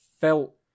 felt